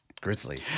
Grizzly